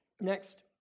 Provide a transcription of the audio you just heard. Next